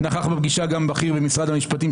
נכח בפגישה גם בכיר ממשרד המשפטים,